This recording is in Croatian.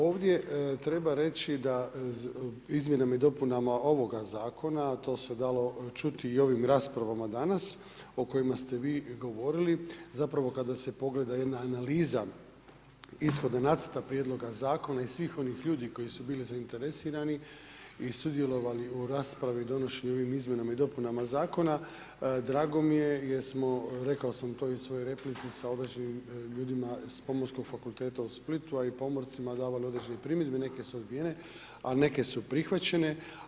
Ovdje treba reći da izmjenama i dopunama ovoga zakona to se dalo čuti i u ovim raspravama danas o kojima ste vi govorili, zapravo kada se pogleda jedna analiza ishoda Nacrta prijedloga zakona i svih onih ljudi koji su bili zainteresirani i sudjelovali u raspravi i donošenju u ovim izmjenama i dopunama zakona drago mi je jer smo, rekao sam to i u svojoj replici, sa određenim ljudima sa Pomorskog fakulteta u Splitu, a i pomorcima, davali određene primjedbe neke su odbijene, a neke su prihvaćene.